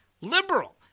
liberal